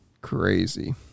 crazy